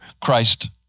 Christ